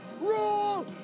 rule